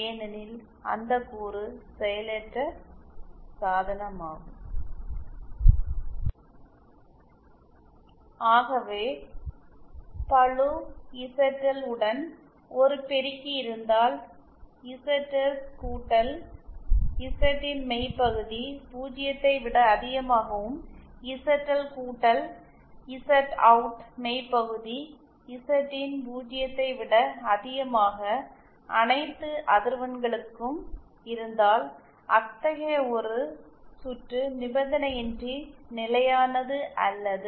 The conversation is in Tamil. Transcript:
ஏனெனில் அந்த கூறு செயலற்ற சாதனமாகும் ஆகவே பளு இசட்எல் உடன் ஒரு பெருக்கி இருந்தால் இசட்எஸ் கூட்டல் இசட் ன் மெய்பகுதி 0 ஐ விட அதிகமாகவும் இசட்எல் கூட்டல் இசட்அவுட் மெய் பகுதி இசட்இன் 0 ஐ விட அதிகமாக அனைத்து அதிர்வெண்களுக்கும் இருந்தால் அத்தகைய ஒரு காண்ட் சுற்று நிபந்தனையின்றி நிலையானது என்று கூறப்படுகிறது